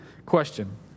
question